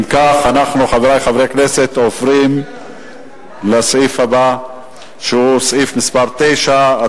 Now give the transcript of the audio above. ואנחנו עוברים להצבעה בקריאה שלישית.